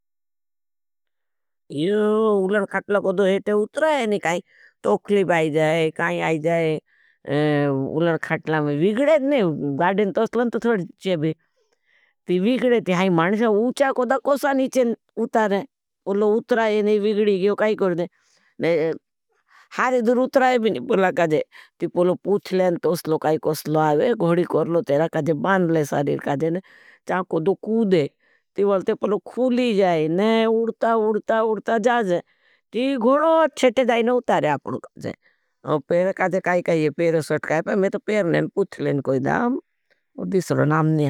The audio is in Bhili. उलन खाटला कोड़ो हेटे उत्राये नहीं काई। तोखली बाई जाये, काई आई जाये। उलन खाटला में विगड़ेद नहीं। गाड़ेन तोसलन तो थोड़ी चेवे। ती विगड़ेती, हाई मानिस्या उच्छा कोड़ा कोसा नीचे उतारें। पोलो उत्राये नहीं, विगड़ी गयो, काई कोड़े। हारे दूर उत्राये भी नहीं, पोला काँजे। ती पोलो पूथ लें, तोसल काई कोसला आवे। गोड़ी करलो, तेरा काँजे, बान ले सारीर काँजे ने। चाको दो, कूदे। ती बलते, पोलो खूली जाए, ने उड़ता, उड़ता, उड़ता जाजे। ती गोड़ो अच्छे ते जाए, नहीं उतारें आपनों काँजे। पेर काँजे, काई काई ये, पेरो सट्काये। मैं तो पेर नहीं, पूथ लें कोई दाम। वो दिसर नाम नहीं है।